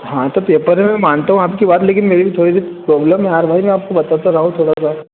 हाँ त पेपर है मैं मानता हूँ आपकी बात लेकिन मेरी भी थोड़ी सी प्रॉबलम है यार भाई में आपको बता तो रहा हूँ थोड़ा सा